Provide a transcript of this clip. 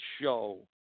show